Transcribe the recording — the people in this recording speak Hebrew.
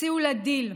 הציעו לה דיל,